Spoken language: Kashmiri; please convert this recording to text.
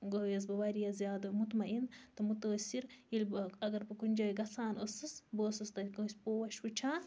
گٔیَس بہٕ واریاہ زیادٕ مُطمَعیٖن تہٕ مُتٲثِر ییٚلہِ اگر بہٕ کُنہِ جایہِ گَژھان ٲسٕس بہٕ ٲسٕس تَتہِ پوش وٕچھان